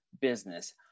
business